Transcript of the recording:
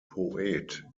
poet